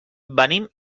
venim